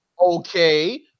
Okay